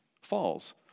falls